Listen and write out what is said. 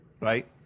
right